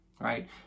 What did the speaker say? right